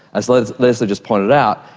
as lesley lesley just pointed out,